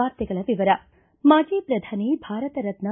ವಾರ್ತೆಗಳ ವಿವರ ಮಾಜಿ ಪ್ರಧಾನಿ ಭಾರತರತ್ನ